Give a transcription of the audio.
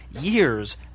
years